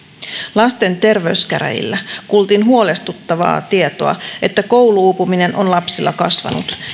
lasten terveyskäräjillä kuultiin huolestuttavaa tietoa että koulu uupuminen on lapsilla kasvanut ja